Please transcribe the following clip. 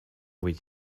with